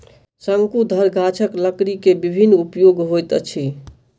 शंकुधर गाछक लकड़ी के विभिन्न उपयोग होइत अछि